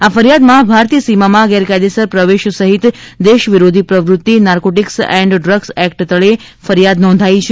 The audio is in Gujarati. આ ફરિયાદમાં ભારતીય સીમામાં ગેરકાયદેસર પ્રવેશ સહિત દેશ વિરોધી પ્રવૃતિ નારકોટિક્સ એન્ડ ડ્રગ્સ એકટ તળે ફરિયાદ નોંધાઇ છે